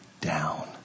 down